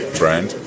brand